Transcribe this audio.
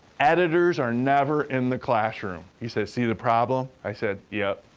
editors are never in the classroom. he said, see the problem? i said, yup.